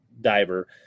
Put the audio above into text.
diver